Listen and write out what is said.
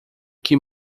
que